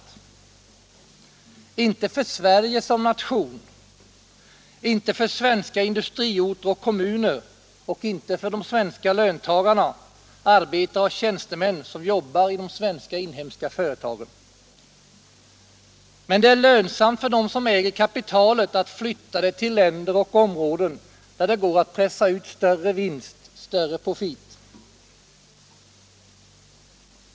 Det gäller inte för Sverige som nation, inte för svenska industriorter och kommuner och inte för de svenska löntagarna, arbetare och tjänstemän, som jobbar i de svenska, inhemska företagen. Men det är lönsamt för dem som äger kapitalet att flytta det till länder och områden där det går att pressa ut större vinst, större profit.